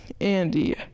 andy